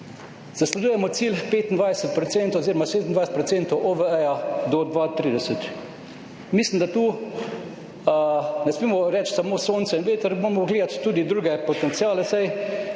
Zasledujemo cilj 25 % oziroma 27 % OVE do 2030. Mislim, da tu ne smemo reči samo sonce in veter, moramo gledati tudi druge potenciale,